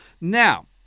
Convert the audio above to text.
Now